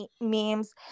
memes